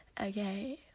Okay